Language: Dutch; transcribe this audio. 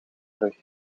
rug